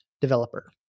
developer